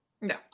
No